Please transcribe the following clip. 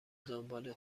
دنبال